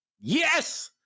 Yes